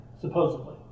supposedly